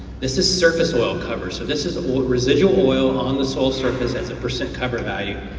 this is surface oil cover, so this is residual oil on the soil surface as a percent cover value.